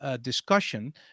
Discussion